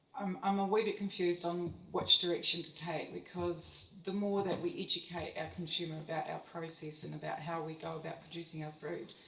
um i'm a wee bit confused on which direction to take, because the more that we educate our consumer about our process and about how we go about producing our food,